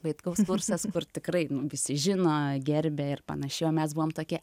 vaitkaus kursas ir tikrai visi žino gerbė ir panašiai o mes buvom tokie